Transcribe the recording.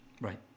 Right